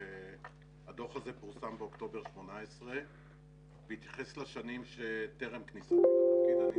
הדוח הזה פורסם באוקטובר 2018 והתייחס לשנים טרם כניסתי לתפקיד.